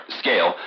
scale